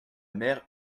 mère